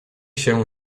się